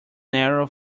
narrow